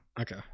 okay